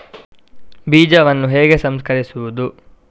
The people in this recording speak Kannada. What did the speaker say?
ಬೀಜವನ್ನು ಹೇಗೆ ಸಂಸ್ಕರಿಸುವುದು?